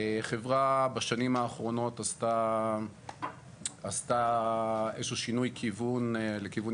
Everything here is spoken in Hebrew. החברה בשנים האחרונות עשתה איזשהו שינוי כיוון לכיוון